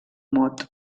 mot